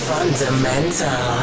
Fundamental